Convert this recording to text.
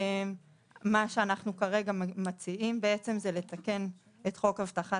מה שאנחנו כרגע מציעים בעצם זה לתקן את חוק הבטחת